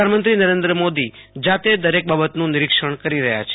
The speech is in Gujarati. પ્રધાનમંત્રી નરેન્દ્ર મોદી જાતે દરેક બાબતનું નિરીક્ષણ કરી રહ્યા છે